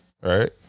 right